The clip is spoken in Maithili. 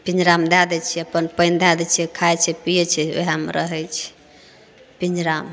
पिँजड़ामे दए दै छियै अपन पानि धए दै छियै अपन खाइ पीयै छै ओहएमे रहै छै पिँजड़ामे